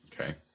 okay